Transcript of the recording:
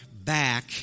back